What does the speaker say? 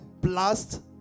blast